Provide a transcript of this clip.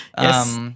yes